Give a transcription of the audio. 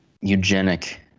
eugenic